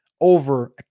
over